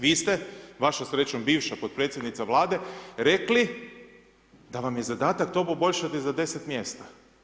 Vi ste, vaša sreća bivša potpredsjednica Vlade, rekli, da vam je zadatak to poboljšati za 10. mjesta.